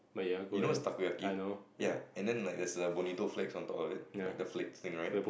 you know what's Takoyaki ya and then like there's the Bonito flakes on top of it like the flake things right